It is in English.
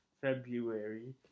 February